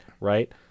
right